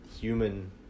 human